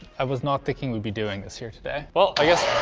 i was not thinking we'd be doing this here today. well i guess